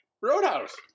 Roadhouse